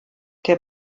der